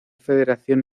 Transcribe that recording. federación